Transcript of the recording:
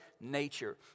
nature